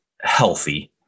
healthy